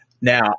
Now